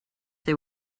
they